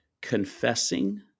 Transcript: confessing